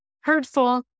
hurtful